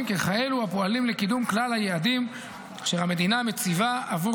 ככאלו הפועלים לקידום כלל היעדים אשר המדינה מציבה עבור